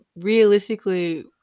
realistically